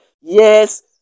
Yes